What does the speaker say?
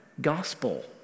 gospel